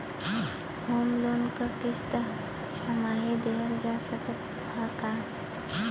Home loan क किस्त छमाही देहल जा सकत ह का?